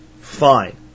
fine